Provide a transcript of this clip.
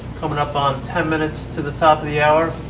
coming up on ten minutes to the top of the hour.